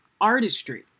artistry